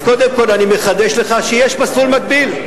אז קודם כול, אני מחדש לך שיש מסלול מקביל.